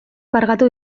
kargatu